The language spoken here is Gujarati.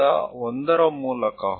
તેને 1234 માં વહેંચો